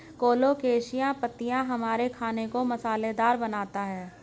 colocasia पत्तियां हमारे खाने को मसालेदार बनाता है